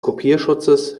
kopierschutzes